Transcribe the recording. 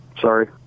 Sorry